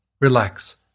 Relax